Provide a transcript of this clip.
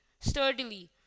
sturdily